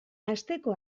asteko